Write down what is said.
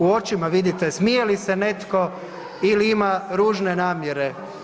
U očima vidite smije li se netko ili ima ružne namjere.